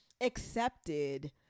accepted